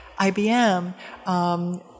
IBM